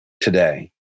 today